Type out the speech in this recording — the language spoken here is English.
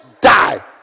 die